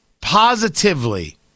positively